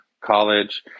college